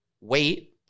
wait